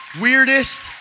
weirdest